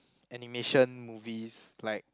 animation movies like